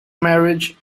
marriage